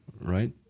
right